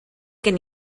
gen